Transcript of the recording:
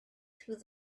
through